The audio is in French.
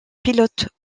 pilote